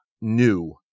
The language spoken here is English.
new